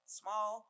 small